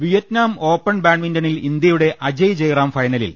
Vietnam open ബാഡ്മിന്റണിൽ ഇന്ത്യയുടെ അജയ്ജയറാം ഫൈനലിൽ